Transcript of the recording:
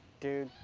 dude,